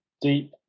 Deep